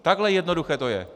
Takhle jednoduché to je.